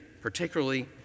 particularly